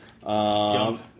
Jump